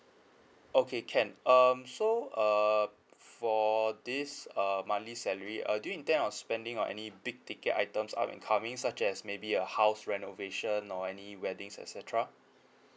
okay can um so err for this uh monthly salary uh do you intend on spending or any big ticket items up and coming such as maybe a house renovation or any weddings et cetera